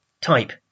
type